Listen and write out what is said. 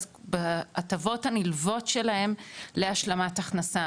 בהטבות הנלוות שלהם להשלמת הכנסה.